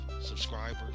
subscribers